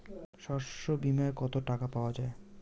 শস্য বিমায় কত টাকা পাওয়া যায়?